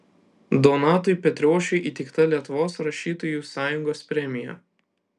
donatui petrošiui įteikta lietuvos rašytojų sąjungos premija